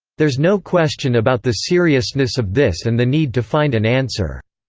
there's no question about the seriousness of this and the need to find an answer.